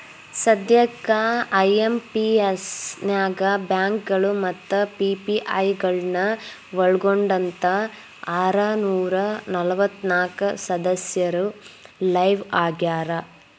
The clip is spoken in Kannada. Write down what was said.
ಸದ್ಯಕ್ಕ ಐ.ಎಂ.ಪಿ.ಎಸ್ ನ್ಯಾಗ ಬ್ಯಾಂಕಗಳು ಮತ್ತ ಪಿ.ಪಿ.ಐ ಗಳನ್ನ ಒಳ್ಗೊಂಡಂತೆ ಆರನೂರ ನಲವತ್ನಾಕ ಸದಸ್ಯರು ಲೈವ್ ಆಗ್ಯಾರ